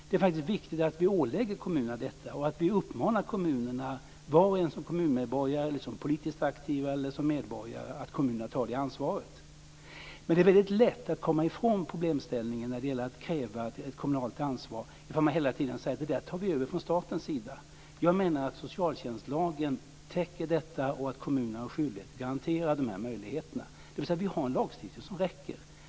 Det är faktiskt viktigt att vi ålägger kommunerna detta och att vi, var och en som kommunmedborgare eller som politiskt aktiva, uppmanar kommunerna att ta det ansvaret. Men det är väldigt lätt att komma ifrån problemställningen när det gäller att kräva ett kommunalt ansvar ifall man hela tiden säger att vi tar över det där från statens sida. Jag menar att socialtjänstlagen täcker detta och att kommunerna har en skyldighet att garantera dessa möjligheter. Vi har alltså en lagstiftning som räcker.